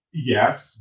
Yes